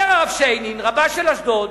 אומר הרב שיינין, רבה של אשדוד: